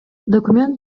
документ